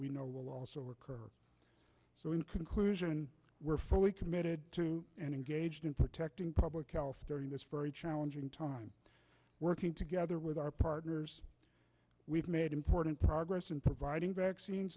we know will also occur so in conclusion we're fully committed and engaged in protecting public health during this very challenging time working together with our partners we've made important progress in providing vaccines